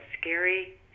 scary